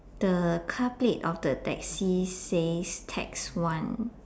the car plate of the taxi says tax one